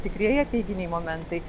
tikrieji apeiginiai momentai